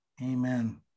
Amen